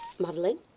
Madeline